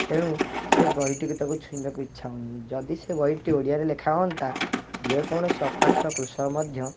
ତେଣୁ ସେ ବହିଟିକି ତାକୁ ଛୁଇଁବାକୁ ଇଛା ହେଉନି ଯଦି ସେ ବହିଟି ଓଡ଼ିଆରେ ଲେଖା ହୁଅନ୍ତା ଯେକୌଣସି ଅପାଠୁଆ କୃଷକ ମଧ୍ୟ